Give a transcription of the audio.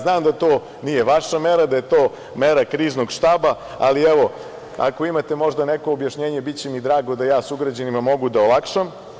Znam da to nije vaša mera, da je to mera Kriznog štaba, ali evo, ako imate možda neko objašnjenje biće mi drago da ja sugrađanima mogu da olakšam.